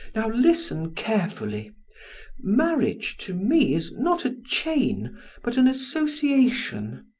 now listen carefully marriage, to me, is not a chain but an association.